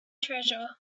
treasure